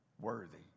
worthy